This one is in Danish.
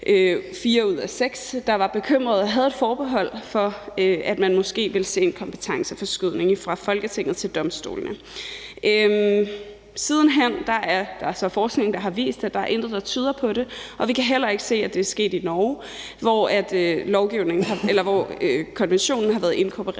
ud af seks, der var bekymret og havde et forbehold for, at man måske ville se en kompetenceforskydning fra Folketinget til domstolene. Siden hen er der så forskning, der har vist, at der ikke er noget, der tyder på det, og vi kan heller ikke se, at det er sket i Norge, hvor konventionen har været inkorporeret